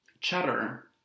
Cheddar